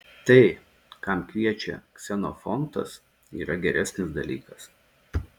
tai kam kviečia ksenofontas yra geresnis dalykas